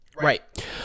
Right